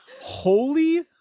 holy